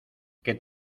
que